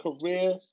career